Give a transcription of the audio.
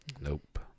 Nope